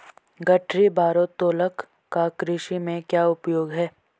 गठरी भारोत्तोलक का कृषि में क्या उपयोग है?